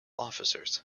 officers